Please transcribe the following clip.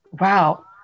wow